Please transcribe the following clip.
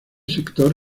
sector